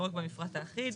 לא רק במפרט האחיד.